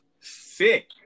Sick